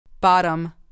Bottom